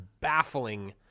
baffling